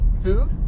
food